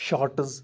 shirts